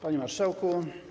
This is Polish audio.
Panie Marszałku!